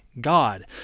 God